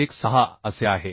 16 असे आहे